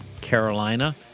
Carolina